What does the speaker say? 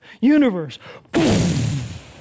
universe